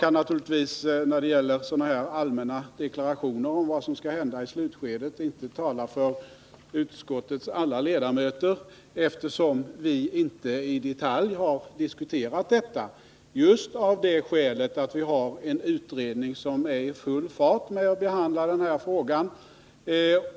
När det gäller sådana allmänna deklarationer om vad som skall hända i slutskedet kan jag naturligtvis inte tala för utskottets alla ledamöter, eftersom vi inte i detalj har diskuterat detta — just av det skälet att vi har en utredning som är i full färd med att behandla frågan.